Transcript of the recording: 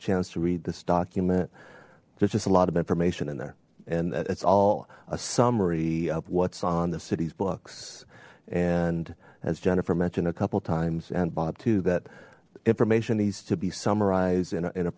chance to read this document there's just a lot of information in there and it's all a summary of what's on the city's books and as jennifer mentioned a couple times and bob that information needs to be summarized in a